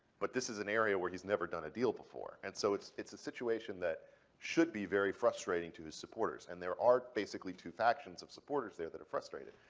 but this is an area where he's never done a deal before, and so it's it's a situation that should be very frustrating to his supporters. and there are basically two factions of supporters there that are frustrated.